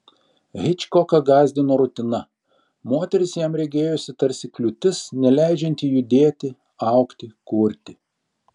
hičkoką gąsdino rutina moteris jam regėjosi tarsi kliūtis neleidžianti judėti augti kurti